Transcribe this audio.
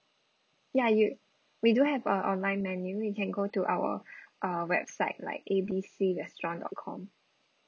ya you we do have a online menu you can go to our uh website like A B C restaurant dot com